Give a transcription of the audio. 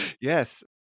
Yes